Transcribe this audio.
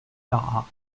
par